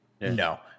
No